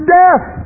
death